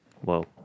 whoa